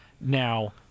Now